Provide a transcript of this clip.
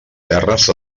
terres